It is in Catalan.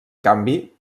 canvi